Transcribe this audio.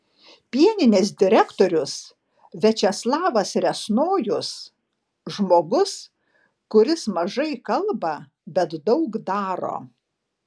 pieninės direktorius viačeslavas riasnojus žmogus kuris mažai kalba bet daug daro